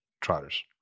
Trotter's